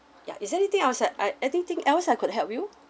ya is there anything else I I anything else I could help you